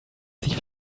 sich